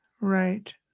right